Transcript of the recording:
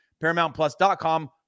ParamountPlus.com